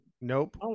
Nope